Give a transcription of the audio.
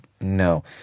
No